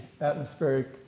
atmospheric